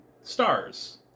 stars